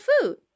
food